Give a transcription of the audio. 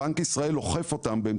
ובנק ישראל אוכף אותן,